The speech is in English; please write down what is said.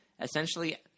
Essentially